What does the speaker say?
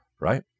right